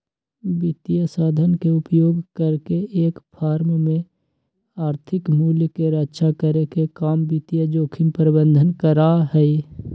वित्तीय साधन के उपयोग करके एक फर्म में आर्थिक मूल्य के रक्षा करे के काम वित्तीय जोखिम प्रबंधन करा हई